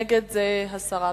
נגד זאת הסרה.